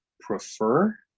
prefer